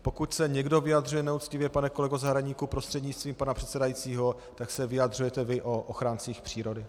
Pokud se někdo vyjadřuje neuctivě, pane kolego Zahradníku prostřednictvím pana předsedajícího, tak se vyjadřujete vy o ochráncích přírody.